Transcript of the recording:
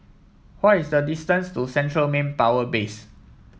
what is the distance to Central Manpower Base